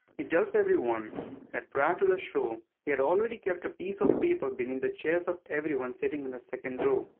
tells everyone that prior to the show, he had already kept a piece of paper beneath the chairs of everyone sitting in the second row.